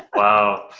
wow.